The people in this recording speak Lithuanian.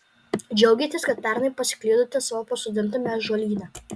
džiaugiatės kad pernai pasiklydote savo pasodintame ąžuolyne